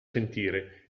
sentire